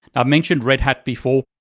i mentioned red hat before.